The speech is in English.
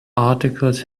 articles